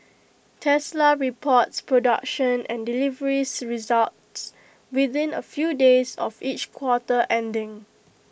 Tesla reports production and delivery's results within A few days of each quarter ending